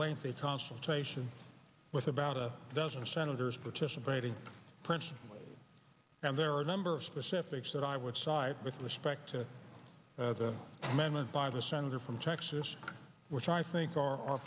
lengthy consultation with about a dozen senators participating prints and there are a number of specifics that i would side with respect to the amendment by the senator from texas which i think